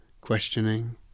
questioning